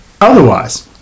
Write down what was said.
Otherwise